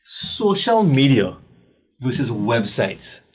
social media versus websites!